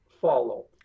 follow